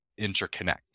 interconnect